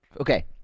okay